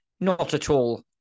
not-at-all